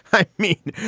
i mean,